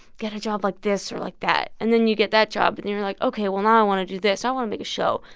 get a job like this or like that. and then you get that job, and you're like, ok, well, now i want to do this. i want to make a show.